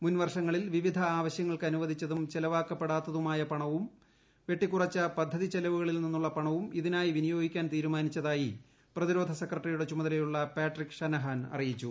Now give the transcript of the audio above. മുൻ വർഷങ്ങളിൽ വിവിധ ആവശൃങ്ങൾക്കനുവദിച്ചതും ചെലവാക്കപ്പെടാത്തതുമായ പണവും വെട്ടിക്കുറച്ച പദ്ധതിച്ചെലവുകളിൽ നിന്നുള്ള പണവും ഇതിനായി വിനിയോഗിക്കാൻ തീരുമാനിച്ചതായി പ്രതിരോധ സെക്രട്ടറിയുടെ ചുമതലയുള്ള പാട്രിക്ക് ഷനഹാൻ അറിയിച്ചു